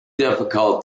difficult